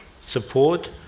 support